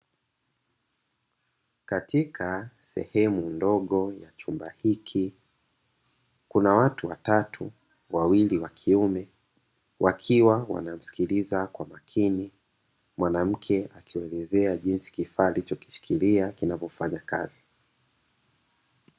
Kaatika sehemu ndogo ya chumba hiki kuna watu watatu wawili wa kiume, wakiwa wanamsikiliza kwa makini mwanamke akielezea jinsi kifaa alichoshikilia kinavyofanya kazi.